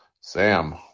Sam